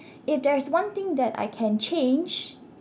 if there is one thing that I can change